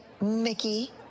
Mickey